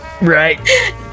Right